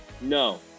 No